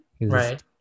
Right